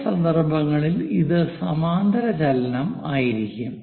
ചില സന്ദർഭങ്ങളിൽ ഇത് സമാന്തരചലനം ആയിരിക്കും